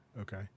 Okay